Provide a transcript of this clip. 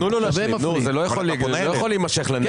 זה לא יכול להימשך לנצח.